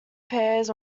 pairs